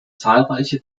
zahlreiche